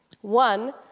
One